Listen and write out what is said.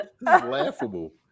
laughable